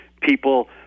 people